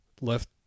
Left